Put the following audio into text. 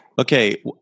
okay